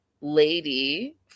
lady